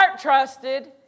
trusted